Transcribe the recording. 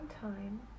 time